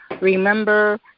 Remember